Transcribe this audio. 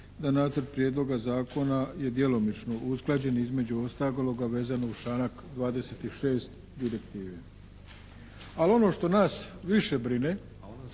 da nacrt prijedloga zakona je djelomično usklađen između ostaloga vezano uz članak 26. Direktive. Ali ono što nas više brine